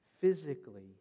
physically